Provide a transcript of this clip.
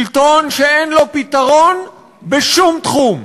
שלטון שאין לו פתרון בשום תחום,